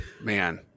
man